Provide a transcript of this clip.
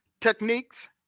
Techniques